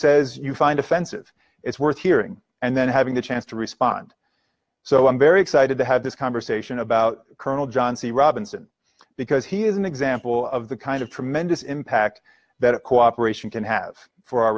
says you find offensive it's worth hearing and then having the chance to respond so i'm very excited to have this conversation about colonel john c robinson because he is an example of the kind of tremendous impact that cooperation can have for our